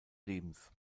lebens